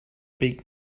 big